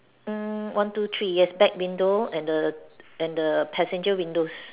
mm one two three yes back window and the and the passenger windows